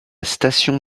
station